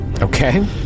Okay